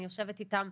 אני יושבת איתם,